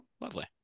Lovely